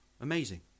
amazing